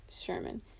Sherman